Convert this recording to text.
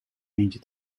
eentje